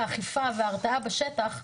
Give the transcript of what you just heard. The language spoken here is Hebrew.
אכיפה והרתעה בשטח,